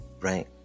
right